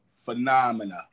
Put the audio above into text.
Phenomena